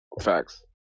Facts